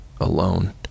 alone